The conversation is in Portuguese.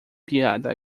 piada